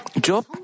Job